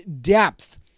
depth